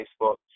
Facebook